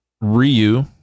ryu